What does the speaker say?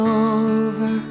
over